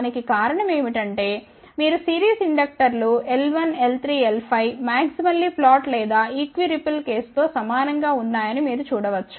దానికి కారణం ఏమిటంటే మీరు సిరీస్ ఇండక్టర్లు L1L3L5 మాక్సిమల్లీ ఫ్లాట్ లేదా ఈక్విరిపిల్ కేసు తో సమానం గా ఉన్నాయని మీరు చూడ వచ్చు